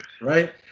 Right